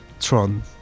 Tron